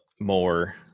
more